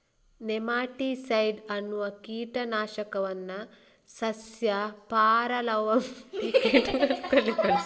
nematicide ಅನ್ನುವ ಕೀಟ ನಾಶಕವನ್ನ ಸಸ್ಯ ಪರಾವಲಂಬಿ ಕೀಟಗಳನ್ನ ಕೊಲ್ಲಿಕ್ಕೆ ಬಳಸ್ತಾರೆ